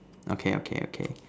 okay okay okay